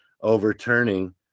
overturning